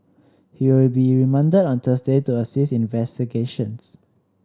he will be remanded on Thursday to assist in investigations